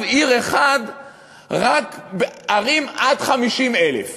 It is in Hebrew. עיר אחד בערים שיש בהן עד 50,000 תושבים.